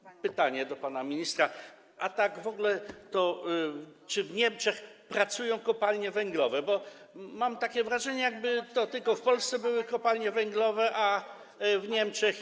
Pytanie do pana ministra: A tak w ogóle to czy w Niemczech pracują kopalnie węglowe, bo mam takie wrażenie, jakby to tylko w Polsce były kopalnie węglowe, a w Niemczech.